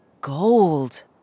gold